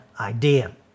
idea